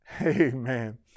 Amen